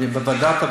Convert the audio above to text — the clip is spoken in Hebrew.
לדיון בוועדה.